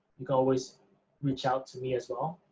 you can always reach out to me as well.